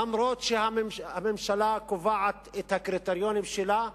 אף-על-פי שהממשלה קובעת את הקריטריונים שלה,